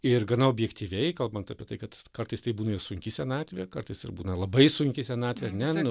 ir gana objektyviai kalbant apie tai kad kartais tai būna ir sunki senatvė kartais ir būna labai sunki senatvė ar ne nu